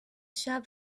shop